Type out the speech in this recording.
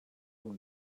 who